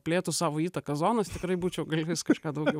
plėtus savo įtakas zonas tikrai būčiau galėjus kažką daugiau